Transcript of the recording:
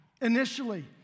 initially